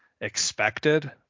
expected